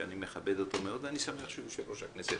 שאני מכבד אותו מאוד ואני שמח שהוא יושב-ראש הכנסת,